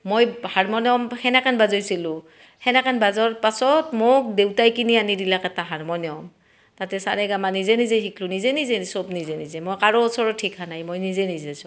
মই হাৰমনিয়াম সেনেকেন বাজোইছিলো সেনেকেন বাজৰ পাছত মোক দেউতাই কিনি আনি দিলাক এটা হাৰমনিয়াম তাতে চা ৰে গা মা নিজে নিজে শিকলু নিজে নিজেই চব নিজে নিজে মই কাৰো ওচৰত শিকা নাই মই নিজে নিজে চব